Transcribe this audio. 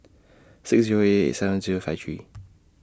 six Zero eight eight seven Zero five three